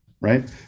right